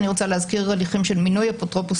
אני רוצה להזכיר הליכים של מינוי אפוטרופוס